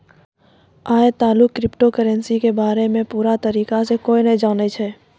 आय तलुक cryptocurrency के बारे मे पूरा तरीका से कोय नै जानै छै